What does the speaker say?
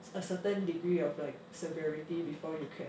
a certain degree of like severity before you can